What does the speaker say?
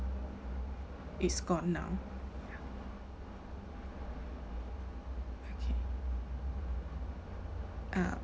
it's gone now ya okay uh